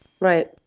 right